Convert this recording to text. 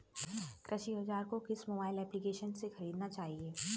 कृषि औज़ार को किस मोबाइल एप्पलीकेशन से ख़रीदना चाहिए?